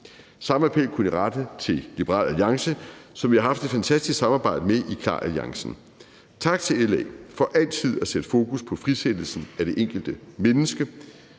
Samme appel kunne jeg rette til Liberal Alliance, som vi har haft et fantastisk samarbejde med i KLAR-alliancen. Tak til LA for altid at sætte fokus på frisættelsen af det enkelte menneske.